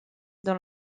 dans